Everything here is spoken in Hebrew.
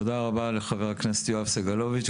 תודה רבה לחבר הכנסת יואב סגלוביץ׳.